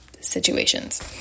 situations